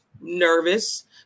nervous